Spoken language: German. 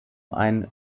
einen